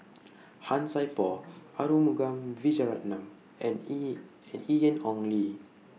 Han Sai Por Arumugam Vijiaratnam and and Ian Ong Li